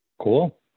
Cool